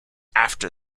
after